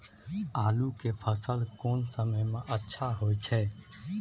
आलू के फसल कोन समय में अच्छा होय छै?